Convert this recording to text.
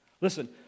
Listen